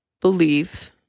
believe